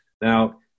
Now